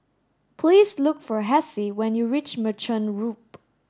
please look for Hessie when you reach Merchant Loop